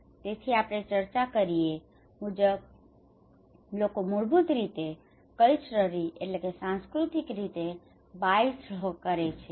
તેથી આપણે ચર્ચા કરી એ મુજબ લોકો મૂળભૂત રીતે કલ્ચરલી culturally સાંસ્કૃતિક રીતે બાયસ્ડ biased પક્ષપાત કરે છે